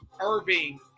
Irving